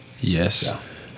Yes